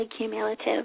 cumulative